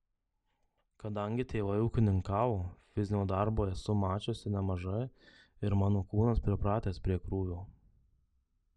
kadangi tėvai ūkininkavo fizinio darbo esu mačiusi nemažai ir mano kūnas pripratęs prie krūvio